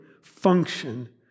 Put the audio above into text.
function